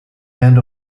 end